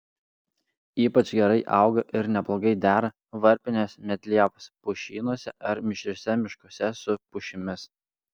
ypač gerai auga ir neblogai dera varpinės medlievos pušynuose ar mišriuose miškuose su pušimis